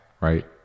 right